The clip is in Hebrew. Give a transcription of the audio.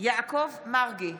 יעקב מרגי,